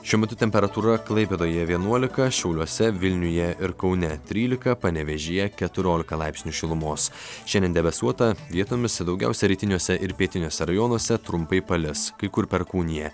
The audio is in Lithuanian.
šiuo metu temperatūra klaipėdoje vienuolika šiauliuose vilniuje ir kaune trylika panevėžyje keturiolika laipsnių šilumos šiandien debesuota vietomis daugiausia rytiniuose ir pietiniuose rajonuose trumpai palis kai kur perkūnija